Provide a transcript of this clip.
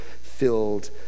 filled